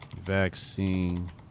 vaccine